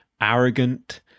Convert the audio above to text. arrogant